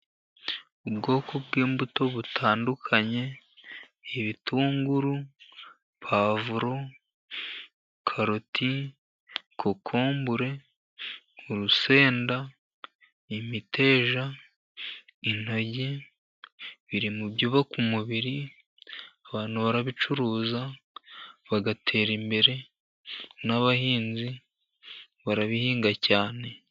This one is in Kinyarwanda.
Ubwoko bw'imbuto butandukanye ibitunguru, puwavuro, karoti ,kokombure, urusenda, imiteja, intoryi biri mu byubaka umubiri. Abantu barabicuruza bagatera imbere, n'abahinzi barabihinga cyane.